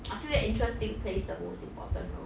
I feel that interest still plays the most important role